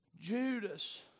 Judas